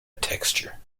texture